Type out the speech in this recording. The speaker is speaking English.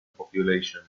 population